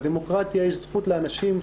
בדמוקרטיה יש זכות לאנשים,